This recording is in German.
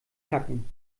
zacken